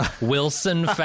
wilson